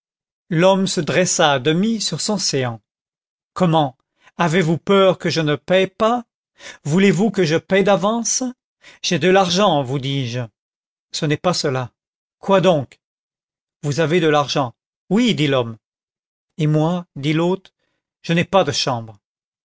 l'homme se dressa à demi sur son séant comment avez-vous peur que je ne paye pas voulez-vous que je paye d'avance j'ai de l'argent vous dis-je ce n'est pas cela quoi donc vous avez de l'argent oui dit l'homme et moi dit l'hôte je n'ai pas de chambre